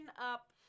up